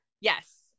Yes